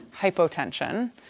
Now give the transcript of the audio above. hypotension